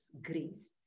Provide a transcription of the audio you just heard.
grace